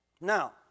Now